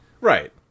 Right